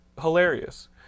hilarious